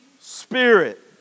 Spirit